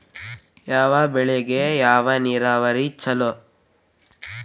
ಯಾವ ಬೆಳಿಗೆ ಯಾವ ನೇರಾವರಿ ಛಲೋ?